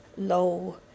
low